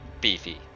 beefy